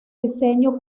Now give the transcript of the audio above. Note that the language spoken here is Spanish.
diseño